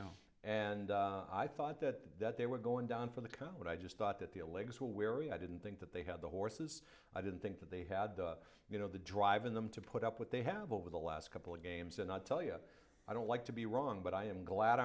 know and i thought that they were going down for the count but i just thought that the a legs were wary i didn't think that they had the horses i didn't think that they had the you know the drive in them to put up what they have over the last couple of games and i tell you i don't like to be wrong but i am glad